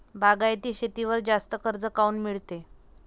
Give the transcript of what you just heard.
बागायती शेतीवर जास्त कर्ज काऊन मिळते?